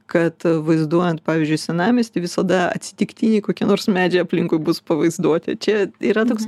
kad vaizduojant pavyzdžiui senamiestį visada atsitiktiniai kokie nors medžiai aplinkui bus pavaizduoti čia yra toks